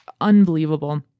unbelievable